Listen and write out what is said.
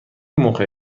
موقع